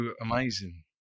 amazing